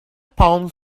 palms